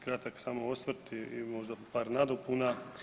Kratak samo osvrt i možda par nadopuna.